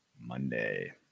Monday